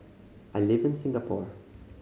I live in Singapore